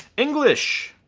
english.